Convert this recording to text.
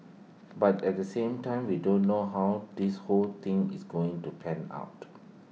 but at the same time we don't know how this whole thing is going to pan out